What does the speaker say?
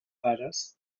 pares